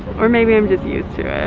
or maybe i'm just used to it.